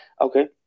okay